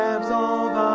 Absolve